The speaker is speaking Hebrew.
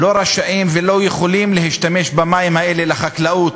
לא רשאים ולא יכולים להשתמש במים האלה לחקלאות,